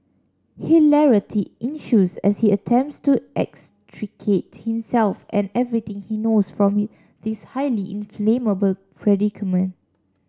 hilarity ensues as he attempts to extricate himself and everything he knows from this highly inflammable predicament